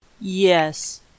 yes